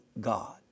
God